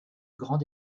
grande